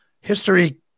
history